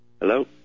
Hello